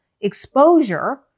exposure